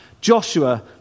Joshua